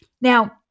Now